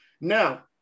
Now